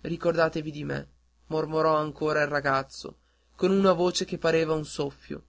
ricordatevi di me mormorò ancora il ragazzo con una voce che pareva un soffio